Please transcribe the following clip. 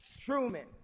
Truman